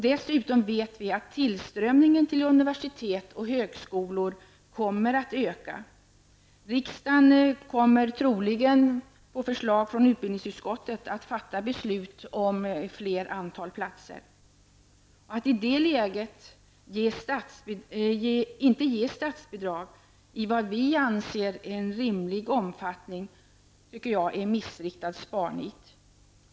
Dessutom vet vi att tillströmningen till universitet och högskolor kommer att öka. Riksdagen kommer troligen att på förslag av utbildningsutskottet fatta beslut om fler platser. Att i det läget inte ge statsbidrag i vad vi anser rimlig omfattning tycker jag vara missriktad sparnit.